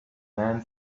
men